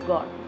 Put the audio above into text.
God